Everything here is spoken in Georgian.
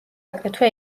აგრეთვე